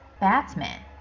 batman